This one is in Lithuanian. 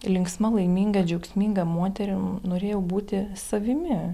linksma laiminga džiaugsminga moterim norėjau būti savimi